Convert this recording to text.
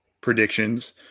predictions